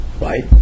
right